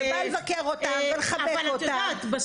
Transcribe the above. ובא לבקר אותם ולחבק אותם,